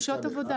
זה שעות עבודה.